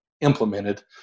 implemented